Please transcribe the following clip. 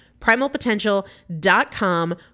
Primalpotential.com